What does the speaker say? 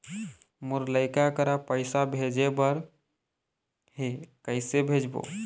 मोर लइका करा पैसा भेजें बर हे, कइसे भेजबो?